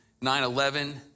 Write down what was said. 9-11